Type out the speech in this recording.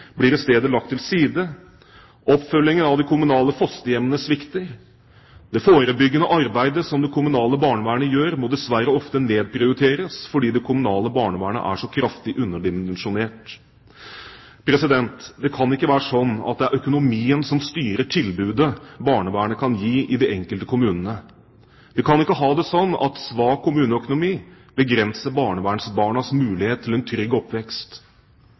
blir i stedet lagt til side, oppfølgingen av de kommunale fosterhjemmene svikter. Det forebyggende arbeidet som det kommunale barnevernet gjør, må dessverre ofte nedprioriteres fordi det kommunale barnevernet er så kraftig underdimensjonert. Det kan ikke være sånn at det er økonomien som styrer tilbudet barnevernet kan gi i de enkelte kommunene. Vi kan ikke ha det sånn at svak kommuneøkonomi begrenser barnevernsbarnas mulighet til en trygg oppvekst.